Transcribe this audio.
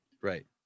Right